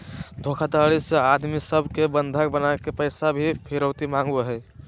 धोखाधडी से आदमी सब के बंधक बनाके पैसा के फिरौती मांगो हय